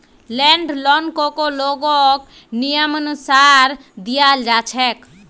land लोनकको लोगक नियमानुसार दियाल जा छेक